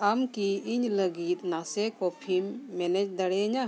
ᱟᱢ ᱠᱤ ᱤᱧ ᱞᱟᱹᱜᱤᱫ ᱱᱟᱥᱮ ᱠᱚᱯᱷᱤᱢ ᱢᱮᱱᱮᱡᱽ ᱫᱟᱲᱮᱭᱟᱧᱟ